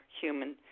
human